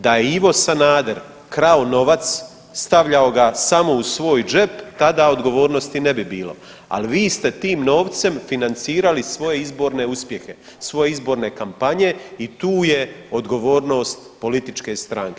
Da je Ivo Sanader krao novac stavljao ga samo u svoj džep tada odgovornosti ne bi bilo, ali vi ste tim novcem financirali svoje izborne uspjehe, svoje izborne kampanje i tu je odgovornost političke stranke.